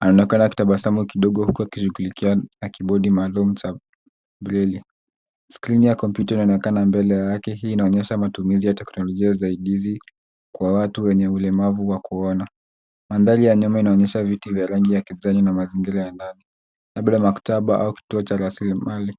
Anaonekana akitabasamu kidogo huko akishughulikia kibodi maalum za breli. Skrini ya kompyuta inaonekana mbele yake. Hii inaonyesha matumizi ya teknolojia saidizi kwa watu wenye ulemavu wa kuona. Mandhari ya nyuma inaonyesha viti vya rangi ya kijani na mazingira ya ndani. Labda maktaba au kituo cha rasilimali.